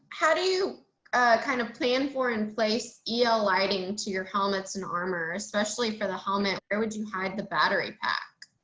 how do you kind of plan for in place, eli adding to your helmets and armor, especially for the helmet or would you hide the battery pack.